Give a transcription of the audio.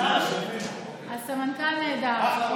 הסמנכ"ל נהדר.